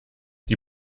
die